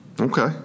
Okay